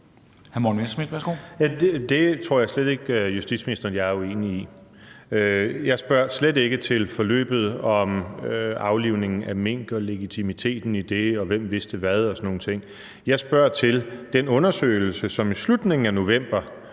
Det tror jeg slet ikke justitsministeren og jeg er uenige om. Jeg spørger slet ikke til forløbet om aflivningen af mink og legitimiteten i det, og hvem der vidste hvad og sådan nogle ting. Jeg spørger til den undersøgelse, som i slutningen af november